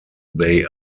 they